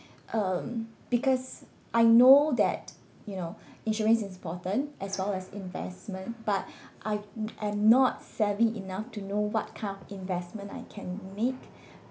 um because I know that you know insurance is important as well as investment but I am not savvy enough to know what kind of investment I can make